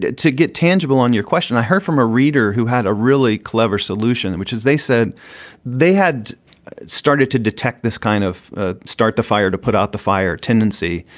to to get tangible on your question, i heard from a reader who had a really clever solution, which is they said they had started to detect this kind of ah start the fire to put out the fire tendency.